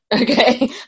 Okay